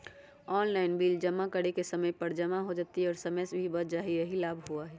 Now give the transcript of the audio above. Online bill जमा करे से समय पर जमा हो जतई और समय भी बच जाहई यही लाभ होहई?